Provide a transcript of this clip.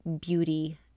beauty